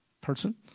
person